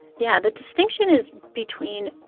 yeah. the distinction is between,